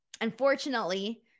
unfortunately